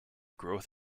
growth